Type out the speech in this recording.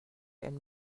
elle